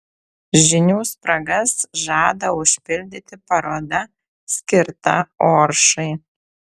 žinių spragas žada užpildyti paroda skirta oršai